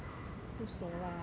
不熟 lah